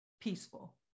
peaceful